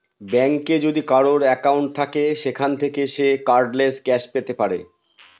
ব্যাঙ্কে যদি কারোর একাউন্ট থাকে সেখান থাকে সে কার্ডলেস ক্যাশ পেতে পারে